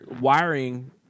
wiring